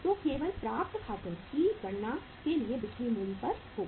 तो केवल प्राप्त खातों की गणना के लिए बिक्री मूल्य पर होगा